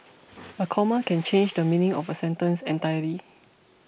a comma can change the meaning of a sentence entirely